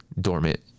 dormant